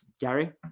Gary